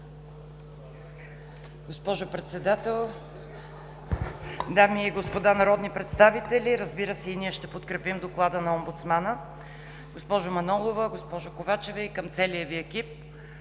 Госпожо Председател, дами и господа народни представители! Разбира се, и ние ще подкрепим доклада на омбудсмана. Госпожо Манолова, госпожо Ковачева и към целия Ви екип: